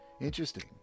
Interesting